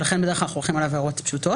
לכן בדרך כלל אנחנו הולכים על עבירות פשוטות